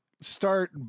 start